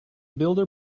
builder